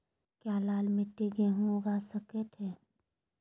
क्या लाल मिट्टी में गेंहु उगा स्केट है?